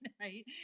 Right